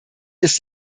ist